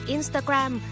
Instagram